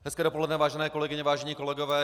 Hezké dopoledne, vážené kolegyně, vážení kolegové.